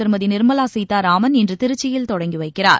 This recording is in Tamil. திருமதி நிர்மலா சீதாராமன் இன்று திருச்சியில் தொடங்கி வைக்கிறார்